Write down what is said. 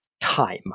time